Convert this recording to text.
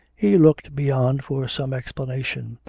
he looked beyond for some explanation,